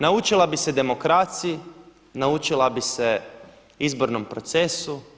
Naučila bi se demokraciji, naučila bi se izbornom procesu.